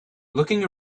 looking